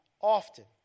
often